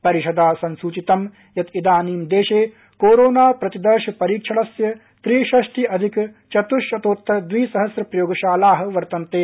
परिषदा संसूचितं यत् इदानीं देशे कोरोना प्रतिदर्श परीक्षणस्य त्रिषष्टि अधिक चतुश्शतोत्तर द्विसहस्र प्रयोगशालाः वर्तन्ते